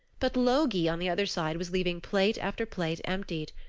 but logi on the other side was leaving plate after plate emptied.